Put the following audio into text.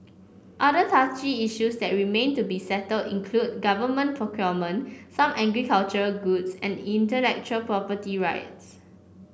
other touchy issues that remain to be settled include government procurement some agricultural goods and intellectual property rights